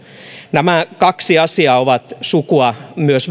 nämä kaksi asiaa ovat sukua myös